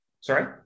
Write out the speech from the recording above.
Sorry